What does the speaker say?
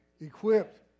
equipped